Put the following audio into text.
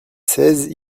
seize